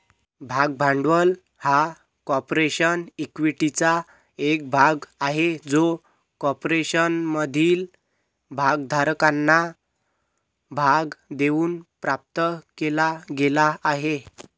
भाग भांडवल हा कॉर्पोरेशन इक्विटीचा एक भाग आहे जो कॉर्पोरेशनमधील भागधारकांना भाग देऊन प्राप्त केला गेला आहे